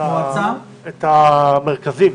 המרכזים?